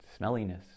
Smelliness